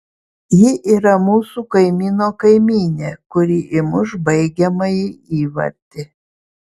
ji yra mūsų kaimyno kaimynė kuri įmuš baigiamąjį įvartį